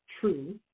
true